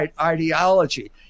ideology